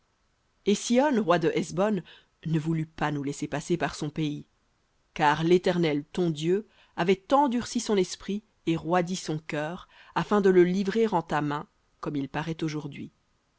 et sihon roi de hesbon ne voulut pas nous laisser passer par son car l'éternel ton dieu avait endurci son esprit et roidi son cœur afin de le livrer en ta main comme aujourd'hui